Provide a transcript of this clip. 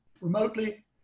remotely